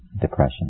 depression